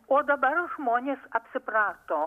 o dabar žmonės apsiprato